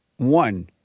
One